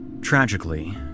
Tragically